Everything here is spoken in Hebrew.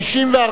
44,